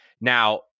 Now